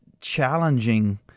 challenging